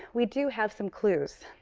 we do have some clues.